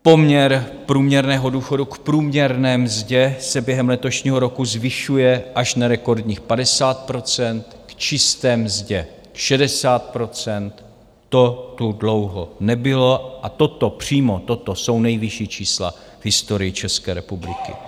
Poměr průměrného důchodu k průměrné mzdě se během letošního roku zvyšuje až na rekordních 50 %, k čisté mzdě 60 %, to tu dlouho nebylo, a toto, přímo toto jsou nejvyšší čísla v historii České republiky.